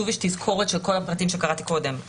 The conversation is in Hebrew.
שוב יש תזכורת של כל הפרטים שקראתי קודם.